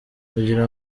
kugira